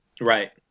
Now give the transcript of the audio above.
Right